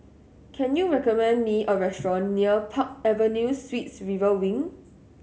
can you recommend me a restaurant near Park Avenue Suites River Wing